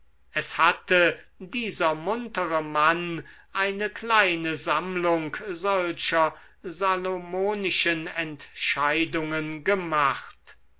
es hatte dieser muntere mann eine kleine sammlung solcher salomonischen entscheidungen gemacht